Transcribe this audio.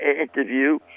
interview